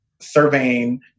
surveying